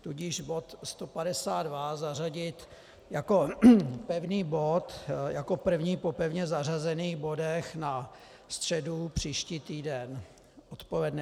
Tudíž bod 152 zařadit jako pevný bod, jako první po pevně zařazených bodech na středu příští týden odpoledne.